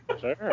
Sure